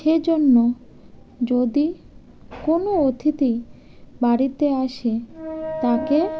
সে জন্য যদি কোনো অতিথি বাড়িতে আসে তাকে